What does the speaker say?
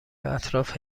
اطراف